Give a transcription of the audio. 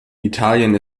italien